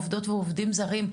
עובדות ועובדים זרים,